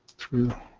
through